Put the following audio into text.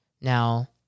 Now